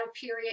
period